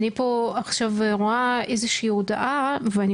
אני פה עכשיו רואה איזושהי הודעה ואני